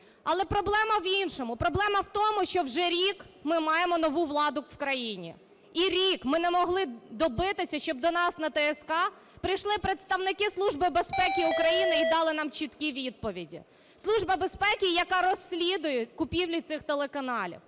Але проблема в іншому. Проблема в тому, що вже рік ми маємо нову владу в країні, і рік ми не могли добитися, щоб до нас на ТСК прийшли представники Служби безпеки України і дали нам чіткі відповіді. Служба безпеки, яка розслідує купівлю цих телеканалів.